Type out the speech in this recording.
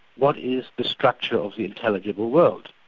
what is the structure of the intelligible world?